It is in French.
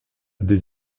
des